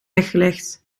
weggelegd